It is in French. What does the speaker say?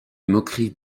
moqueries